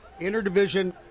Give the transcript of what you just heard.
interdivision